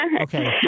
okay